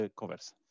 conversa